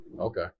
Okay